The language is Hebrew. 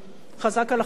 חזק על ה"חמאס"?